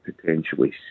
potentially